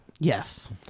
Yes